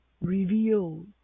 reveal